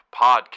Podcast